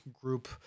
group